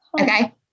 Okay